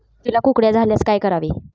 मिरचीला कुकड्या झाल्यास काय करावे?